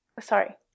Sorry